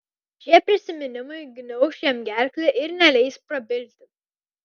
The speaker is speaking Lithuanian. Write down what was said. šie prisiminimai gniauš jam gerklę ir neleis prabilti